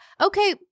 Okay